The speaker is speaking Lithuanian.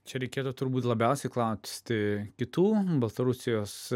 čia reikėtų turbūt labiausiai klausti kitų baltarusijos